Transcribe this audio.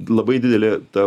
labai didelė ta